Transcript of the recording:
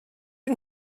yng